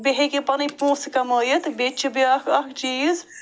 بیٚیہِ ہیٚکہِ یہِ پنٕنۍ پونٛسہٕ کمٲیِتھ تہٕ بیٚیہِ چھِ بیٛاکھ اکھ چیٖز